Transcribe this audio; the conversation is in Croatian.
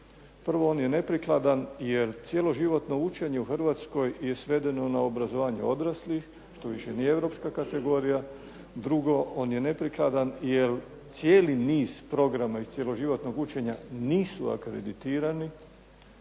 Prvo, on je neprikladan jer cjeloživotno učenje u Hrvatskoj je svedeno na obrazovanje odraslih što više nije europska kategorija. Drugo, on je neprikladan jer cijeli niz programa iz cjeloživotnog učenja nisu akreditirani